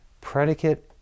Predicate